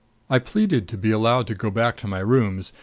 i pleaded to be allowed to go back to my rooms,